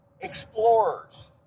explorers